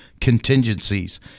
contingencies